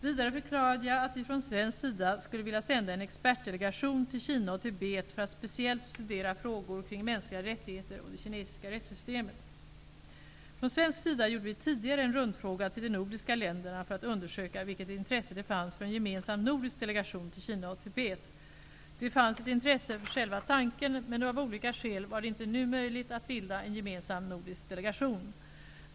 Vidare förklarade jag att vi från svensk sida skulle vilja sända en expertdelegation till Kina och Tibet för att speciellt studera frågor kring mänskliga rättigheter och det kinesiska rättssystemet. Från svensk sida gjorde vi tidigare en rundfråga till de nordiska länderna för att undersöka vilket intresse det fanns för en gemensam nordisk delegation till Kina och Tibet. Det fanns ett intresse för själva tanken, men av olika skäl var det inte nu möjligt att bilda en gemensam nordisk delegation.